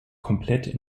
komplett